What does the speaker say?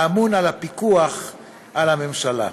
האמון על פיקוח על הממשלה.